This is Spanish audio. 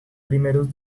primeros